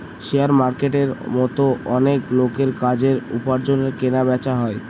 share মার্কেটের মতো অনেক লোকের কাজের, উপার্জনের কেনা বেচা হয়